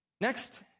Next